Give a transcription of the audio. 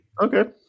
Okay